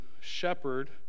shepherd